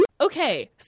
Okay